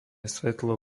svetlo